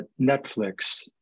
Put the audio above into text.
Netflix